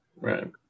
Right